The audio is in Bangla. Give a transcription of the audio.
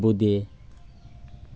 বোঁদে